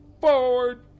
Forward